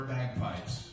Bagpipes